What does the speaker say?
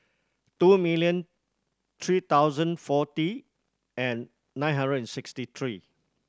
two million three thousand forty and nine hundred and sixty three